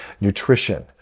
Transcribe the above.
nutrition